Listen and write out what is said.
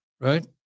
right